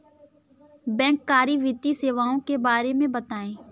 बैंककारी वित्तीय सेवाओं के बारे में बताएँ?